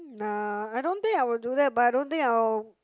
nah I don't think I will do that but I don't think I'll